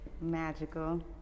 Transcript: magical